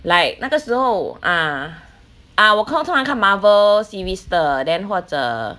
like 那个时候 ah ah 我通常看 Marvel series 的 then 或者